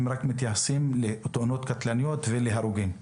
הם מתייחסים רק לתאונות קטלניות ולהרוגים.